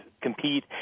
compete